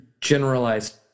generalized